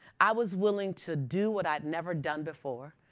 i was willing to do what i had never done before.